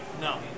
No